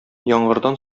яңгырдан